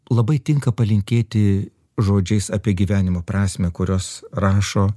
labai tinka palinkėti žodžiais apie gyvenimo prasmę kuriuos rašo